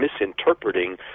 misinterpreting